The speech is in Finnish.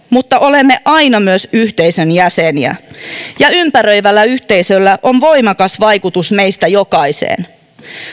mutta olemme aina myös yhteisön jäseniä ja ympäröivällä yhteisöllä on voimakas vaikutus meistä jokaiseen